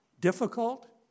difficult